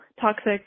toxic